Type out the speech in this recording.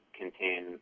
contain